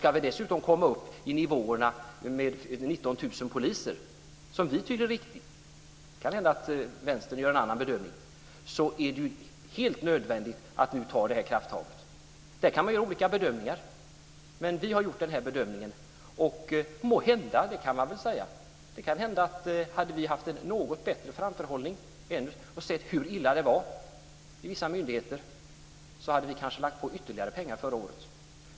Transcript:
Ska vi dessutom komma upp till de nivåer med 19 000 poliser som vi tycker är riktiga - men det kan hända att vänstern gör en annan bedömning - är det helt nödvändigt att nu ta det här krafttaget. Där kan man göra olika bedömningar, men vi har gjort den här bedömningen. Det kan hända att om vi hade haft en något bättre framförhållning och sett hur illa det var i vissa myndigheter så hade vi kanske lagt på ytterligare pengar förra året.